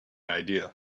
idea